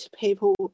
people